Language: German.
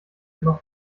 immer